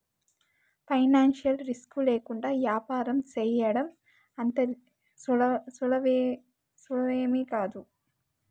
financial risk లేకుండా యాపారం సేయడం అంత సులువేమీకాదు